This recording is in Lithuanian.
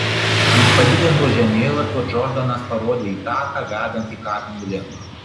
ant padidinto žemėlapio džordanas parodė į taką vedantį kapinių link